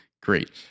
Great